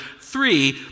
Three